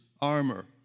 armor